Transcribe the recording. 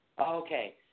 Okay